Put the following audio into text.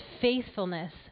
faithfulness